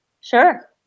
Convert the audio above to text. Sure